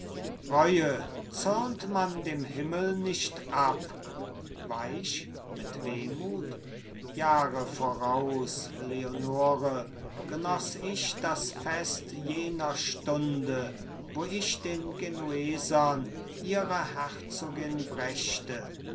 reue zürnt man dem himmel nicht ab weich mit wehmut jahre voraus leonore genoß ich das fest jener stunde wo ich den genuesern ihre herzogin brächte